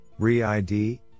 re-ID